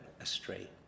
astray